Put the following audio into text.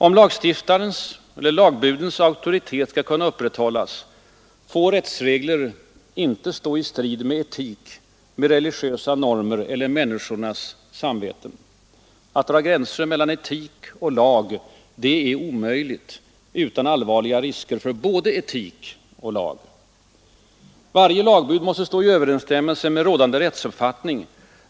Om lagstiftarnas eller lagbudens auktori 29 maj 1974 tet skall kunna upprätthållas får rättsreglerna inte stå i strid med etik, ———— med religiösa normer eller med människornas arbeten. Att dra gränser = Förslag till abortmellan etik och lag är omöjligt utan allvarliga risker för både etik och lag. lag, m.m. Varje lagbud måste stå i överensstämmelse med rådande rättsuppfattning.